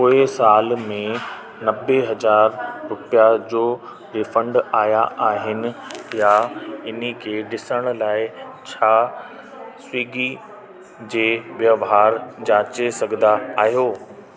पोएं साल में नवे हज़ार रुपियनि जो रीफंड आयो आहे या न इहो ॾिसण लाइ छा तव्हां स्विग्गी जा वहिंवार जाचे सघंदा आहियो